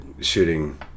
shooting